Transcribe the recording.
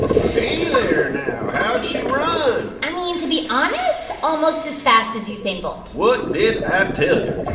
hey there, now. how'd she run? i mean, to be honest, almost as fast as usain bolt what did i tell you?